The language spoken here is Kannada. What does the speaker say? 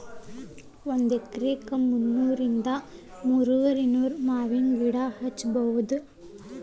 ಒಂದ ಎಕರೆಕ ಮುನ್ನೂರಿಂದ ಮೂರುವರಿನೂರ ಮಾವಿನ ಗಿಡಾ ಹಚ್ಚಬೌದ